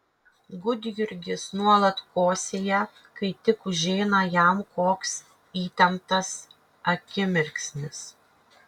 gudjurgis nuolat kosėja kai tik užeina jam koks įtemptas akimirksnis